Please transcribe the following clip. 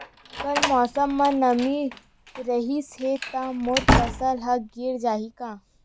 कल मौसम म नमी रहिस हे त मोर फसल ह गिर जाही का?